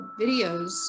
videos